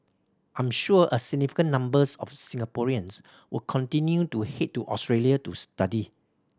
I'm sure a significant numbers of Singaporeans will continue to head to Australia to study